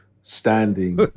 standing